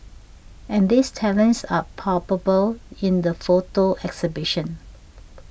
and these talents are palpable in the photo exhibition